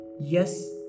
yes